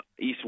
East